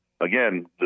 again